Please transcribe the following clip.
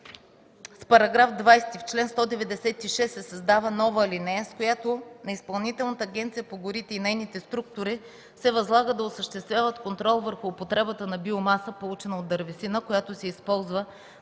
–§ 20, в чл. 196 се съставя нова алинея, с която на Изпълнителната агенция по горите (ИАГ) и нейните структури се възлага да осъществяват контрол върху употребата на биомаса, получена от дървесина, която се използва